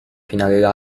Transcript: finale